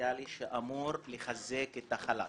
הדיפרנציאלי שאמור לחזק את החלש,